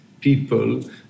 people